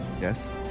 Yes